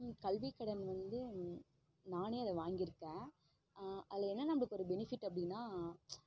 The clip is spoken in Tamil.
கல்விக் கடன் வந்து நானே அதை வாங்கிருக்கேன் அதில் என்ன நம்மளுக்கு ஒரு பெனிஃபிட் அப்படின்னா